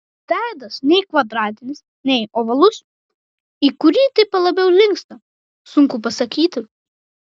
veidas nei kvadratinis nei ovalus į kurį tipą labiau linksta sunku pasakyti